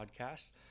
podcast